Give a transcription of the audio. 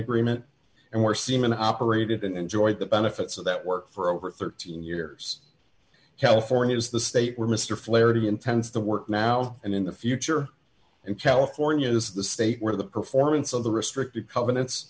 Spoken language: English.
agreement and where semen operated and enjoyed the benefits of that work for over thirteen years california is the state where mr flaherty intends to work now and in the future and california is the state where the performance of the restrictive covenant